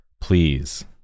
please